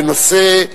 בנושא: